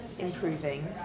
Improving